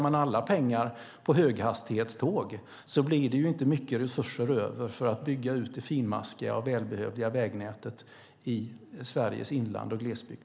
Om alla pengar läggs på höghastighetståg blir det inte mycket resurser över för att bygga ut det finmaskiga och välbehövliga vägnätet i Sveriges inland och glesbygd.